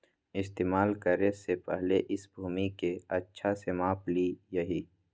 इस्तेमाल करे से पहले इस भूमि के अच्छा से माप ली यहीं